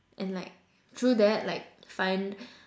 and like through that like find